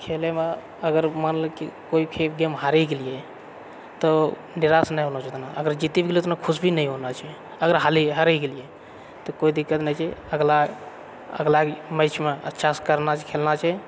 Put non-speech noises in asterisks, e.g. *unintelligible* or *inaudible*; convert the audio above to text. खेलएमे अगर मान लऽ कि कोइ गेम हारी गेलियै तऽ *unintelligible* अगर जीती भी गेलियै तऽ ओतना खुश भी नहि होना छै अगर हारी गेलियै तऽ कोइ दिक्कत नहि छै अगला अगला मैचमे अच्छासँ करना छै खेलना छै